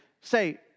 say